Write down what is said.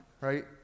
right